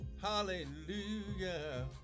Hallelujah